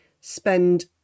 spend